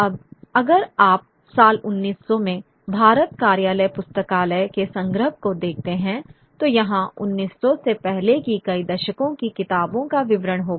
अब अगर आप साल 1900 में भारत कार्यालय पुस्तकालय के संग्रह को देखते हैं तो यहां 1900 से पहले की कई दशकों की किताबों का विवरण होगा